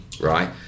right